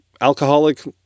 alcoholic